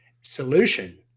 solution